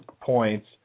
points